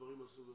דברים מהסוג הזה.